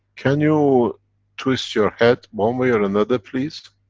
can you twist your head one way or another, please?